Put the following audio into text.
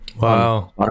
wow